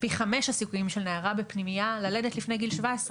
פי חמישה הסיכויים של נערה בפנימייה ללדת לפני גיל 17,